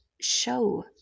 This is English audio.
show